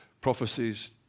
Prophecies